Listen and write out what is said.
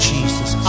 Jesus